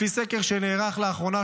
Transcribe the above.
לפי סקר שנערך לאחרונה,